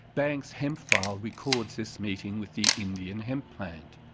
banks' hemp file records his meeting with the indian hemp plant.